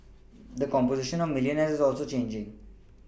the composition of milLionaires is also changing